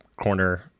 corner